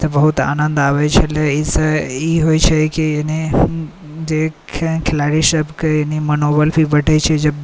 तऽ बहुत आनन्द आबै छलै एहिसँ ई होइ छै कि एने जे खिलाड़ी सभके मनोबल फेर बढ़ै छै